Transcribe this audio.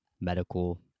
medical